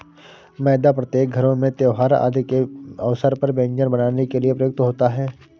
मैदा प्रत्येक घरों में त्योहार आदि के अवसर पर व्यंजन बनाने के लिए प्रयुक्त होता है